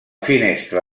finestra